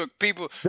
people